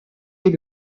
est